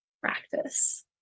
practice